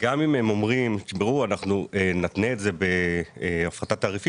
גם אם הם אומרים שהם יתנו את זה בהפחתת תעריפים